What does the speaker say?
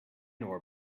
nor